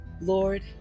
Lord